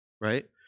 right